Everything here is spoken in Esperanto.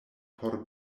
por